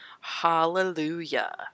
Hallelujah